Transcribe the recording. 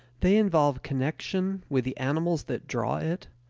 they involve connection with the animals that draw it,